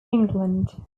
england